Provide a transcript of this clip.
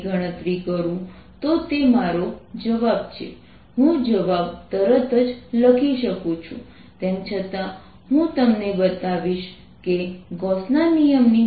પ્રથમ પ્રશ્નમાં તમારે ઇન્ટિગ્રલ 02π0cossinddR2r2 2rRcoscosθsinsinθcosϕ ϕ ની ગણતરી કરવાની છે